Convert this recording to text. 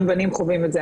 גם בנים חווים את זה,